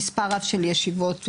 מספר רב של ישיבות לאחרונה.